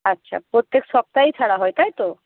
আচ্ছা প্রত্যেক সপ্তাহেই ছাড়া হয় তাই তো